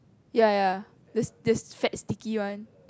ya ya the the stretch sticky one